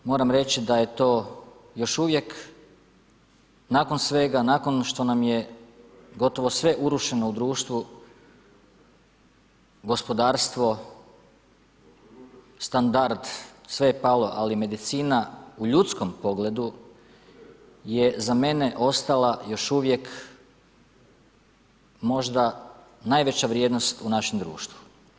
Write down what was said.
Moram reći da je to još uvijek nakon svega, nakon što nam je gotovo sve urušeno u društvu gospodarstvo, standard, sve je palo, ali medicina u ljudskom pogledu je za mene ostala još uvijek možda najveća vrijednost u našem društvu.